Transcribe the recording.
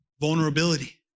vulnerability